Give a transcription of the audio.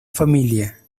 familia